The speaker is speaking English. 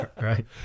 Right